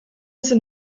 sind